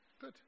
Good